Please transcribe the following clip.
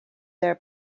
their